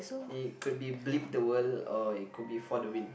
it could be bleep the world or it could be for the win